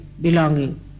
belonging